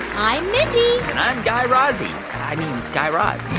i'm mindy i'm guy razzie. i mean guy raz.